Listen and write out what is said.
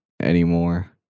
anymore